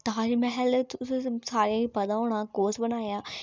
ताजमैह्ल त तुसें सारें गी पता होना कोस बनाया